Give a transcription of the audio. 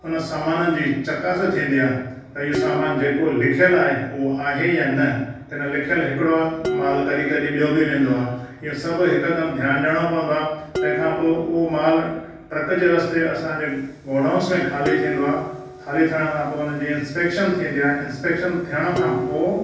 हुन सामान जी चकास थींदी आहे त ही सामानु जेको लिखियलु आहे उह आहे या न त लिखियलु हिकड़ो मालु कॾहिं कॾहिं ॿियो बि वेंदो आहे इहो सभु हिकुदम ध्यानु ॾियणो पवंदो आहे तंहिं खां पोइ उहो मालु ट्र्क जे रस्ते असां जे गोडाउनस में ख़ाली थींदो आहे ख़ाली थियण खां पोइ हुन जी इंस्पेक्शन थींदी आहे इंस्पेक्शन थियण खां पोइ